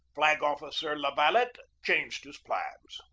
flag-officer la valette changed his plans.